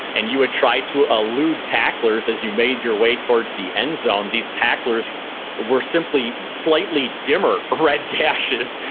and you would try to elude tacklers as you made your way towards the end zone. these tacklers were simply slightly dimmer red dashes.